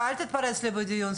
אל תתפרץ לי בדיון,